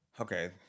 Okay